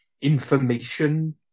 information